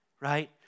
right